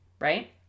right